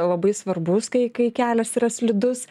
labai svarbus kai kai kelias yra slidus